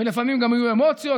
ולפעמים גם יהיו אמוציות,